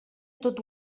tot